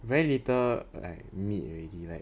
very little like meat already leh